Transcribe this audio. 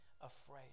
afraid